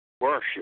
worship